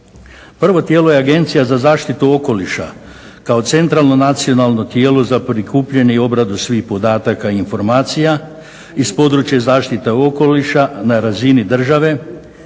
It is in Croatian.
Prvo tijelo je Agencija za zaštitu okoliša kao centralno nacionalno tijelo za prikupljanje i obradu svih podataka i informacija iz područja zaštite okoliša na razini države.